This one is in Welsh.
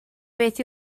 beth